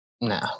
no